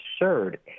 absurd